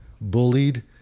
bullied